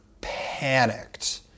panicked